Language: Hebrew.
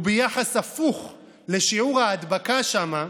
הוא ביחס הפוך לשיעור ההדבקה שם,